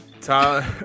Tyler